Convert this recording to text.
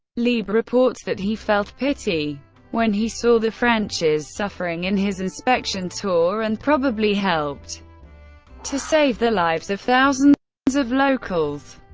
lieb reports that he felt pity when he saw the french's suffering in his inspection tour and probably helped to save the lives of thousands of locals.